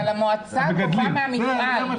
אבל המועצה גובה מהמפעל.